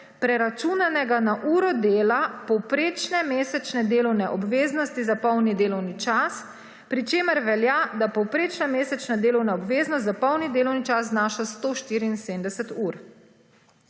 preračunanega na uro delo povprečne mesečne delovne obveznosti za polni delovni čas, pri čemer velja, da povprečna mesečna delovna obveznost za polni delovni čas znaša 174 ur.